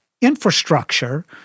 infrastructure